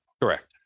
Correct